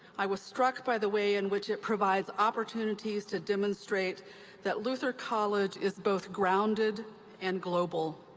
i was struck by the way in which it provides opportunities to demonstrate that luther college is both grounded and global